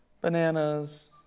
bananas